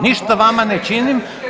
Ništa vama ne činim.